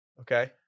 Okay